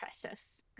Precious